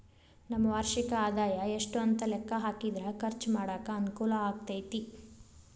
ನಮ್ಮ ವಾರ್ಷಿಕ ಆದಾಯ ಎಷ್ಟು ಅಂತ ಲೆಕ್ಕಾ ಹಾಕಿದ್ರ ಖರ್ಚು ಮಾಡಾಕ ಅನುಕೂಲ ಆಗತೈತಿ